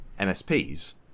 MSPs